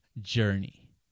Journey